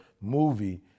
movie